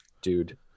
Dude